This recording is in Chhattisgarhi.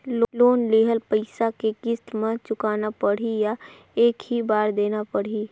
लोन लेहल पइसा के किस्त म चुकाना पढ़ही या एक ही बार देना पढ़ही?